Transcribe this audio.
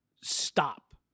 Stop